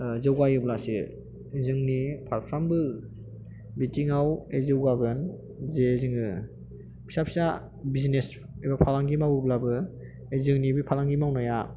जौगायोब्लासो जोंनि फारफ्रोमबो बिथिङाव जौगागोन जे जों फिसा फिसा बिजिनेस एबा फालांगि मावोब्लाबो जोंनि बे फालांगि मावनाया